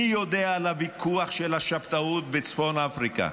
מי יודע על הוויכוח על השבתאות בצפון אפריקה?